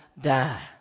die